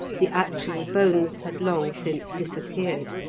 the actual bones had long since disappeared.